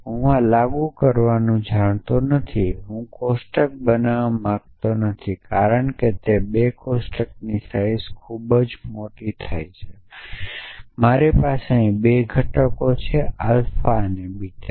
હું આ લાગુ કરવાનું જાણતો નથી હું કોષ્ટકો બનાવા માંગતો નથી કારણ કે 2 કોષ્ટકોની સાઇઝ ખૂબ મોટી થાય છે મારી પાસે અહીં 2 ઘટકો છે અલ્ફા બીટા